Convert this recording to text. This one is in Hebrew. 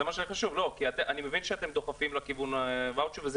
זה מה שחשוב כי אני מבין שאתם דוחפים לכיוון הוואוצ'ר וזה